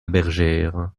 bergère